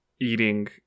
eating